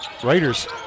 Raiders